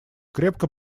крепко